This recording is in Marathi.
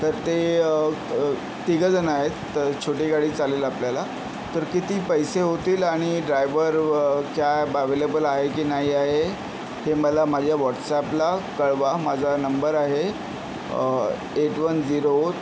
तर ते तिघं जण आहेत तर छोटी गाडी चालेल आपल्याला तर किती पैसे होतील आणि ड्रायव्हर कॅब अवेलेबल आहे की नाही आहे हे मला माझ्या वॉट्सॲपला कळवा माझा नंबर आहे एट वन झिरो